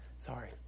Sorry